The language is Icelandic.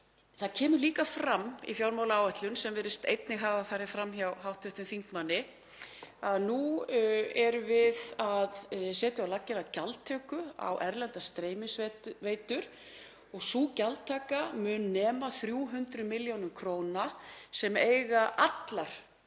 Það kemur líka fram í fjármálaáætlun, sem virðist einnig hafa farið fram hjá hv. þingmanni, að nú erum við að setja á laggirnar gjaldtöku á erlendar streymisveitur og sú gjaldtaka mun nema 300 millj. kr. sem eiga allar